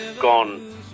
gone